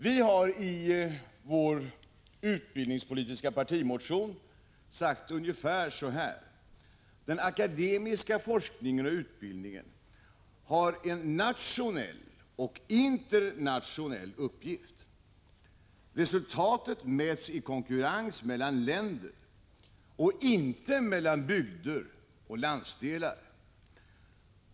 Vi har i vår utbildningspolitiska partimotion sagt ungefär så här. Den akademiska forskningen och utbildningen har en nationell och internationell uppgift. Resultaten mäts i konkurrens mellan länder och inte mellan bygder och landsdelar.